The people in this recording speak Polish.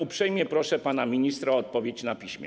Uprzejmie proszę pana ministra o odpowiedź na piśmie.